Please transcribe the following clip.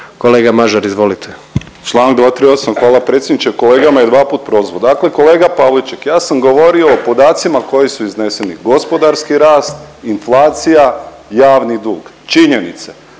**Mažar, Nikola (HDZ)** Članak 238., hvala predsjedniče. Kolega me je dvaput prozvao, dakle kolega Pavliček ja sam govorio o podacima koji su izneseni gospodarski rast, inflacija, javni dug, činjenice.